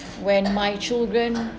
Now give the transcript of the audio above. when my children